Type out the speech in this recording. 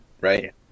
right